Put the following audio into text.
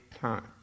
time